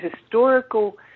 historical